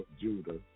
Judah